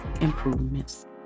improvements